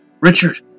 Richard